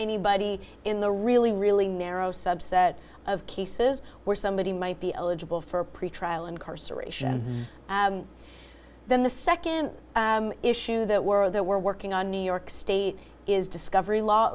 anybody in the really really narrow subset of cases where somebody might be eligible for pretrial incarceration and then the second issue that we're that we're working on new york state is discovery law